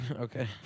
Okay